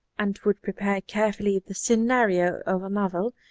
and would prepare carefully the scenario of a novel,